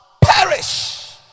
perish